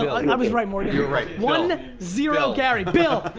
i was right, morgan. you were right. one, zero gary. bill,